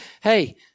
hey